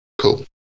cool